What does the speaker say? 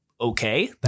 okay